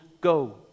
go